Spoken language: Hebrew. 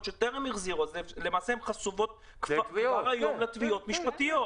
שטרם החזירו והן חשופות היום לתביעות משפטיות.